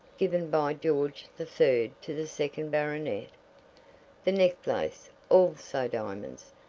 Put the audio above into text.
given by george the third to the second baronet the necklace, also diamonds,